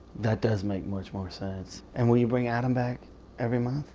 that does make much more sense. and will you bring adam back every month.